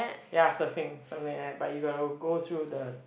ya surfing something like that but you got to go through the